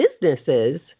businesses